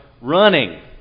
running